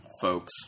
folks